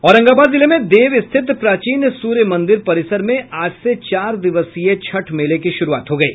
औरंगाबाद जिले में देव स्थित प्राचीन सूर्य मंदिर परिसर में आज से चार दिवसीय छठ मेले की शुरूआत हो गयी